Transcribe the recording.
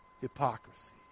hypocrisy